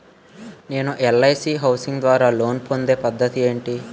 నేను LIC housing ద్వారా loan పొందే పద్ధతి ఏంటి?